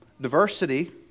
Diversity